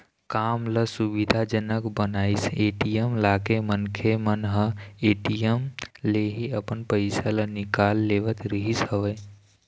काम ल सुबिधा जनक बनाइस ए.टी.एम लाके मनखे मन ह ए.टी.एम ले ही अपन पइसा ल निकाल लेवत रिहिस हवय